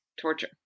torture